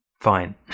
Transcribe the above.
fine